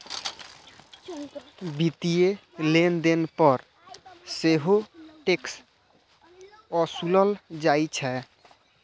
वित्तीय लेनदेन पर सेहो टैक्स ओसूलल जाइ छै